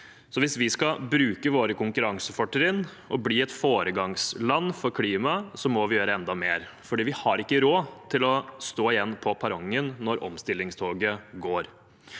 hvis vi skal bruke våre konkurransefortrinn og bli et foregangsland for klimaet, må vi gjøre enda mer, for vi har ikke råd til å stå igjen på perrongen når omstillingstoget går.